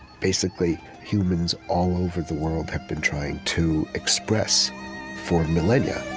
basically, humans all over the world have been trying to express for millennia